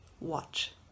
watch